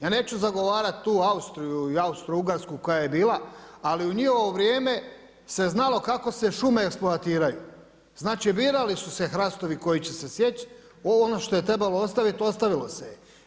Ja neću zagovarati tu Austriju i Austro-Ugarsku koja je bila, ali u njihovo vrijeme se znalo kako se šume eksploatiraju, znači birali su se hrastovi koji će se sjeć, ono što je trebalo ostaviti ostavilo se je.